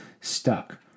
stuck